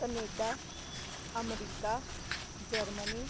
Canada America Germany